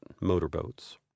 motorboats